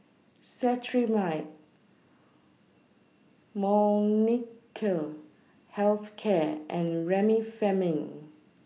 Cetrimide Molnylcke Health Care and Remifemin